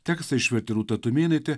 tekstą išvertė rūta tumėnaitė